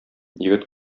егет